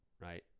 right